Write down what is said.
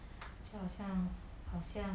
就好像好像